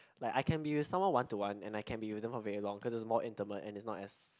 like I can be with someone one to one and I can be example with someone for very long because it's more intimate and it is as not as